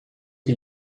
que